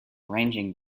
ranging